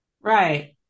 Right